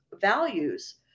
values